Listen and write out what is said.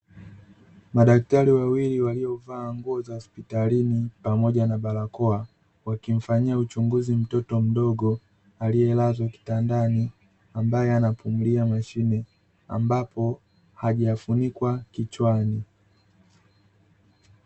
Madaktari wawili waliovaa nguo za hospitalini pamoj na barakoa, wakimfanyia uchunguzi mtoto mdogo aliyelazwa kitandani ambaye anapumulia mashine, ambapo hajafunikwa kichwani.